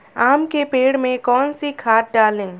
आम के पेड़ में कौन सी खाद डालें?